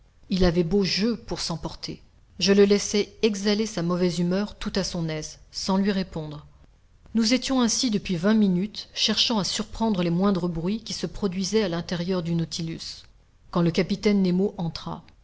il avait beau jeu pour s'emporter je le laissai exhaler sa mauvaise humeur tout à son aise sans lui répondre nous étions ainsi depuis vingt minutes cherchant à surprendre les moindres bruits qui se produisaient à l'intérieur du nautilus quand le capitaine nemo entra